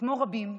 כמו רבים,